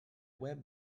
web